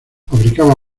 fabricaba